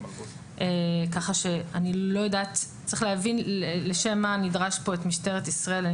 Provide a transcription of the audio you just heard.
ככה שצריך להבין לשם מה נדרשת פה משטרת ישראל.